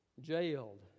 jailed